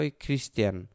Christian